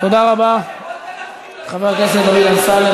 תודה רבה, חבר הכנסת דוד אמסלם.